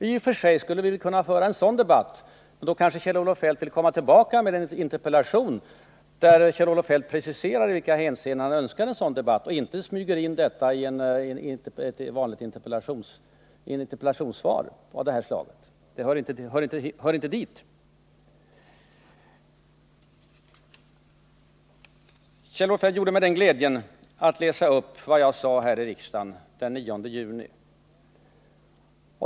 I och för sig skulle vi kunna föra en sådan debatt, men då kanske Kjell-Olof Feldt vill komma tillbaka med en interpellation, där han preciserar i vilka hänseenden han önskar debattera, i stället för att smyga in detta i en vanlig interpellationsdebatt av det här slaget. Kjell-Olof Feldt gjorde mig den glädjen att läsa upp vad jag sade här i riksdagen den 9 juni.